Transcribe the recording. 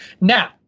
now